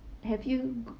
have you